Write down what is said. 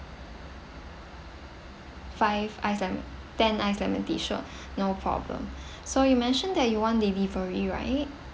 five iced lemon ten iced lemon tea sure no problem so you mentioned that you want delivery right